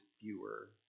fewer